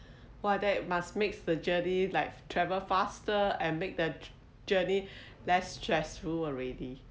!wah! that must make the journey like travel faster and make the journey less stressful already